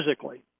physically